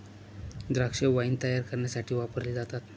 द्राक्षे वाईन तायार करण्यासाठी वापरली जातात